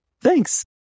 thanks